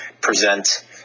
present